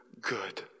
good